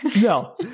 No